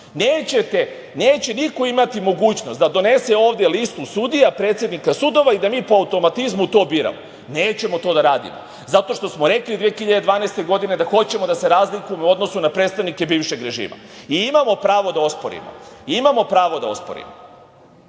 Neće niko imati mogućnost da donese ovde listu sudija predsednika sudova i da mi po automatizmu to biramo. Nećemo to da radimo, zato što smo rekli 2012. godine da hoćemo da se razlikujemo u odnosu na predstavnike bivšeg režima. Imamo pravo da osporimo. Da li će to da se